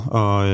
og